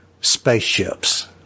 spaceships